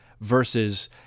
versus